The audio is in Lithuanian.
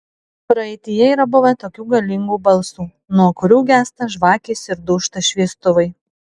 praeityje yra buvę tokių galingų balsų nuo kurių gęsta žvakės ir dūžta šviestuvai